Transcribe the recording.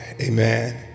amen